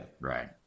Right